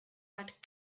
but